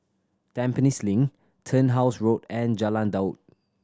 Tampines Link Turnhouse Road and Jalan Daud